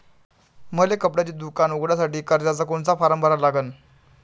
मले कपड्याच दुकान उघडासाठी कर्जाचा कोनचा फारम भरा लागन?